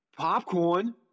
popcorn